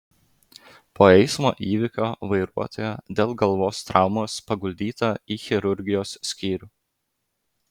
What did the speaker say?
po eismo įvykio vairuotoja dėl galvos traumos paguldyta į chirurgijos skyrių